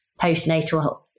postnatal